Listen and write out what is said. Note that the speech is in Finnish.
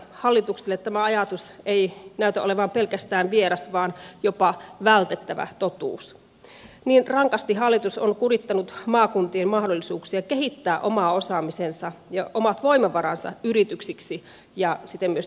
hallitukselle tämä ajatus ei näytä olevan pelkästään vieras vaan jopa vältettävä totuus niin rankasti hallitus on kurittanut maakuntien mahdollisuuksia kehittää oma osaamisensa ja omat voimavaransa yrityksiksi ja siten myös työpaikoiksi